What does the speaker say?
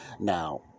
Now